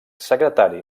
secretari